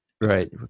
right